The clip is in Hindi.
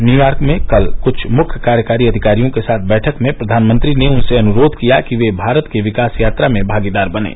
न्यूयार्क में कल कुछ मुख्य कार्यकारी अधिकारियों के साथ बैठक में प्रधानमंत्री ने उनसे अनुरोध किया कि वे भारत की विकास यात्रा में भागीदार बनें